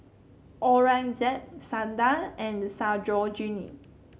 Aurangzeb Sundar and Sarojini